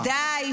"ידידיי,